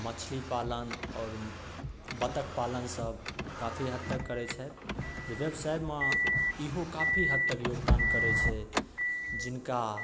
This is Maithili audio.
मछलीपालन आओर बत्तखपालनसब काफी हद तक करै छथि जे बेवसाइमे इहो काफी हद तक योगदान करै छै जिनका